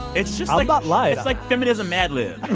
it's just about life it's, like, feminism mad lib